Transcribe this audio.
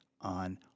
on